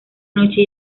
noche